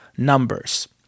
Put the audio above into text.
Numbers